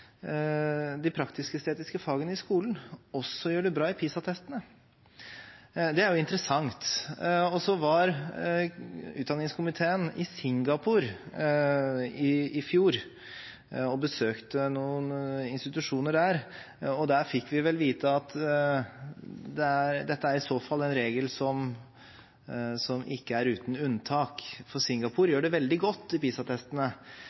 de praktisk-estetiske fagene i skolen, også gjør det bra i PISA-testene. Det er jo interessant. Utdanningskomiteen var i Singapore i fjor og besøkte noen institusjoner der, hvor vi fikk vite at dette i så fall er en regel som ikke er uten unntak. For Singapore gjør det veldig godt i